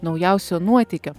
naujausio nuotykio